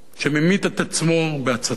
שממית את עצמו בהצתה